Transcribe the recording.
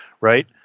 right